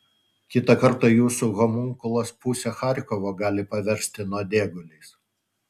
kitą kartą jūsų homunkulas pusę charkovo gali paversti nuodėguliais